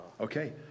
Okay